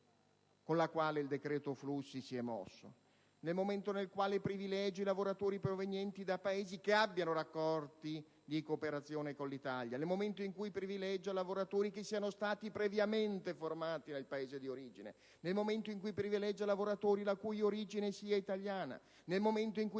con la quale il decreto flussi si è mosso. Nel momento in cui tale provvedimento privilegia i lavoratori provenienti da Paesi che abbiano rapporti di cooperazione con l'Italia; nel momento in cui privilegia lavoratori che siano stati previamente formati nel Paese di origine; nel momento in cui privilegia lavoratori la cui origine sia italiana; nel momento in cui